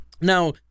Now